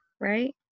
Right